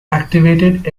activated